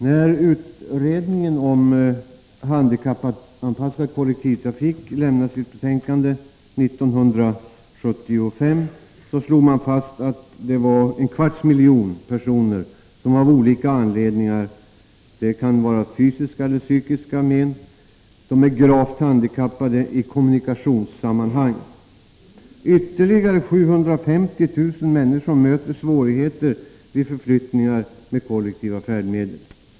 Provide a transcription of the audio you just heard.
När utredningen om handikappanpassad kollektivtrafik avlämnade sitt betänkande 1975 slog den fast att en kvarts miljon personer av olika anledningar — det kan vara fråga om fysiska eller psykiska men — är gravt handikappade i kommunikationssammanhang och att ytterligare 750 000 människor möter svårigheter vid förflyttningar med kollektiva färdmedel.